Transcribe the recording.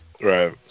Right